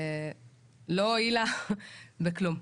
היא לא הועילה בכלום.